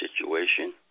situation